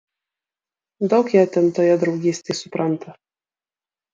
daug jie ten toje draugystėj supranta